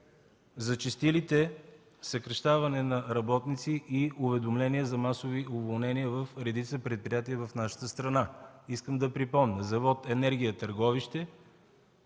зачестилите съкращавания на работници и уведомления за масови уволнения в редица предприятия в нашата страна. Искам да припомня: Завод „Енергия” – Търговище